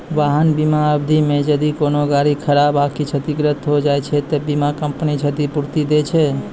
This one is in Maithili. वाहन बीमा अवधि मे जदि कोनो गाड़ी खराब आकि क्षतिग्रस्त होय जाय छै त बीमा कंपनी क्षतिपूर्ति दै छै